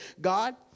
God